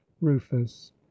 rufus